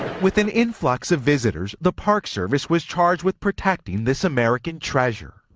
with an influx of visitors, the park service was charged with protecting this american treasure.